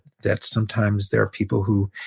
that sometimes there are people who,